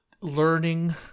learning